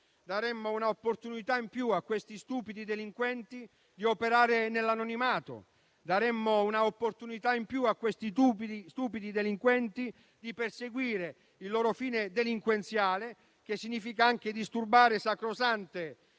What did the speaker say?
daremmo un'opportunità in più a questi stupidi delinquenti di operare nell'anonimato; daremmo un'opportunità in più a questi stupidi delinquenti di perseguire il loro fine delinquenziale, che significa anche disturbare sacrosante